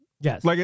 Yes